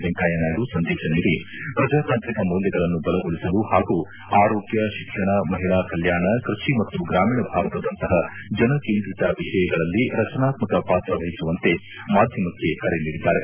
ವೆಂಕಯ್ಯನಾಯ್ದು ಸಂದೇಶ ನೀಡಿ ಪ್ರಜಾ ತಾಂತ್ರಿಕ ಮೌಲ್ಯಗಳನ್ನು ಬಲಗೊಳಿಸಲು ಹಾಗೂ ಆರೋಗ್ಯ ಶಿಕ್ಷಣ ಮಹಿಳಾ ಕಲ್ಯಾಣ ಕೃಷಿ ಮತ್ತು ಗ್ರಾಮೀಣ ಭಾರತದಂತಹ ಜನಕೇಂದ್ರೀತ ವಿಷಯಗಳಲ್ಲಿ ರಚನಾತ್ಮಕ ಪಾತ್ರ ವಹಿಸುವಂತೆ ಮಾಧ್ಯಮಕ್ಕೆ ಕರೆ ನೀಡಿದ್ದಾರೆ